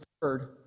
third